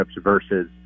versus